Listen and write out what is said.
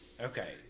Okay